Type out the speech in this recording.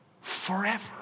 forever